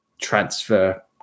transfer